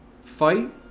fight